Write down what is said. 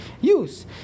use